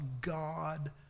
God